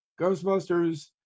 ghostbusters